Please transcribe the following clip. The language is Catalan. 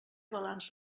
balanç